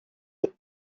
est